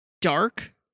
dark